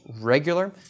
regular